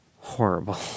horrible